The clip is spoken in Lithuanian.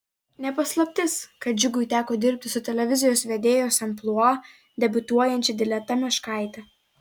ne paslaptis kad džiugui teko dirbti su televizijos vedėjos amplua debiutuojančia dileta meškaite